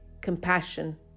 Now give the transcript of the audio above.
compassion